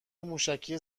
موشکی